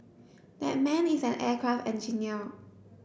that man is an aircraft engineer